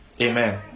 Amen